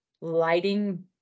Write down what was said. lighting